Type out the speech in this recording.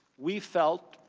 we felt,